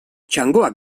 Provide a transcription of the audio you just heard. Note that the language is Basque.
txangoak